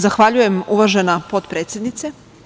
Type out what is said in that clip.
Zahvaljujem, uvažena potpredsednice.